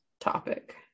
topic